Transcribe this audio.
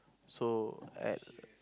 so at